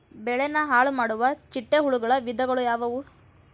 ಬೆಳೆನ ಹಾಳುಮಾಡುವ ಚಿಟ್ಟೆ ಹುಳುಗಳ ವಿಧಗಳು ಯಾವವು?